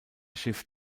schiff